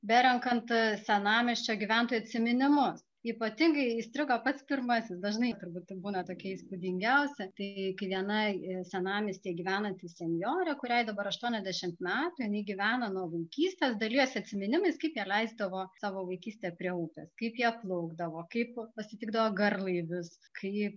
berenkant senamiesčio gyventojų atsiminimus ypatingai įstrigo pats pirmasis dažnai turbūt būna tokie įspūdingiausi tai kai viena senamiestyje gyvenanti senjorė kuriai dabar aštuoniasdešimt metų jinai gyvena nuo vaikystės dalijasi atsiminimais kaip jie leisdavo savo vaikystę prie upės kaip jie plaukdavo kaip pasitikdavo garlaivius kai